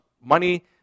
money